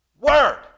Word